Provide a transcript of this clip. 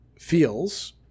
feels